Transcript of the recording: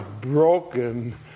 broken